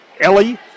Ellie